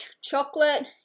chocolate